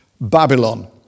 Babylon